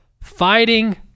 fighting